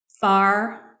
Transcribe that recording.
far